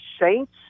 Saints